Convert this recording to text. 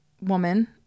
woman